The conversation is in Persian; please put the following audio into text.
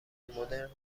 مدرن